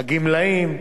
הגמלאים,